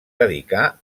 dedicà